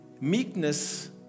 meekness